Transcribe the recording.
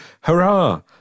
hurrah